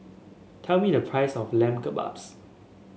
tell me the price of Lamb Kebabs